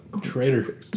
traitor